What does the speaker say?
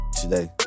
today